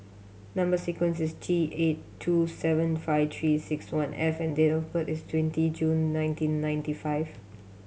number sequence is T eight two seven five Three Six One F and date of birth is twenty June nineteen ninety five